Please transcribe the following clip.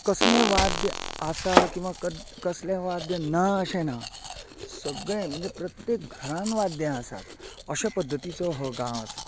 कसले वाद्य आसा किंवा क कसले वाद्य ना अशे ना सगळे म्हणजे प्रत्येक घरांत वाद्या आसात अशे पद्दतीचो हो गांव आसा